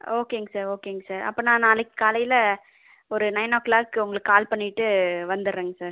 ஓகேங்க சார் ஓகேங்க சார் அப்போ நான் நாளைக்கு காலையில் ஒரு நயன் ஓ கிளாக் உங்களுக்கு கால் பண்ணிவிட்டு வந்துடறேங்க சார்